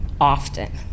often